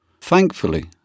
Thankfully